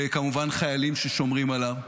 וכמובן חיילים ששומרים עליו.